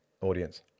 audience